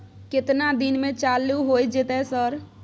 केतना दिन में चालू होय जेतै सर?